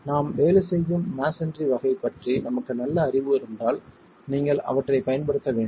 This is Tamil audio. நாம் வேலை செய்யும் மஸோன்றி வகை பற்றி நமக்கு நல்ல அறிவு இருந்தால் நீங்கள் அவற்றைப் பயன்படுத்த வேண்டும்